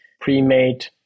pre-made